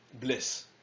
bliss